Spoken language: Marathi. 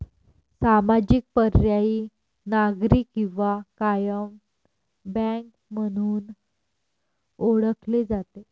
सामाजिक, पर्यायी, नागरी किंवा कायम बँक म्हणून ओळखले जाते